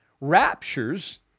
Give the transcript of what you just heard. raptures